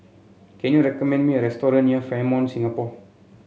can you recommend me a restaurant near Fairmont Singapore